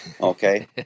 Okay